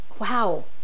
wow